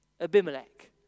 Abimelech